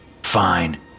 Fine